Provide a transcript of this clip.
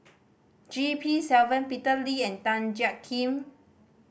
G P Selvam Peter Lee and Tan Jiak Kim